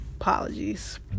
Apologies